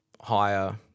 higher